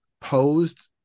posed